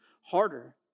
harder